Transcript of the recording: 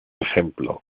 ejemplo